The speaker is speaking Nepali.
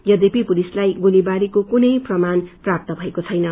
यद्यपि पुलिसलाई गोलीबारीको कुनै प्रमाण प्राप्त भएको छैन